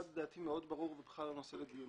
אחד, לדעתי, מאוד ברור ובכלל לא נושא לדיון.